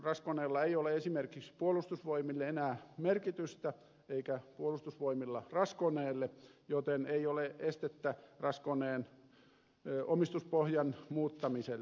raskoneella ei ole esimerkiksi puolustusvoimille enää merkitystä eikä puolustusvoimilla raskoneelle joten ei ole estettä raskoneen omistuspohjan muuttamiselle